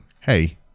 hey